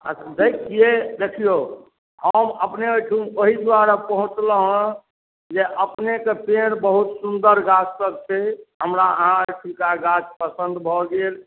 दय छियै देखिऔ हम अपने अहिठुम ओहि दुआरे पहुँचलहुँ हँ जे अपनेकेँ पेड़ बहुत सुन्दर गाछ सभ छै हमरा अहाँ एथिका गाछ पसन्द भऽ गेल